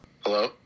Hello